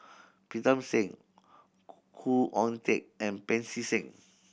Pritam Singh Khoo Oon Teik and Pancy Seng